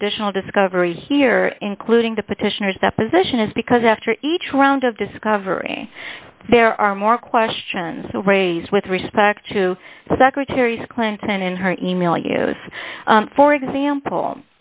the additional discovery here including the petitioners deposition is because after each round of discovery there are more questions raised with respect to secretary clinton and in her e mail you for example